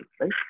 right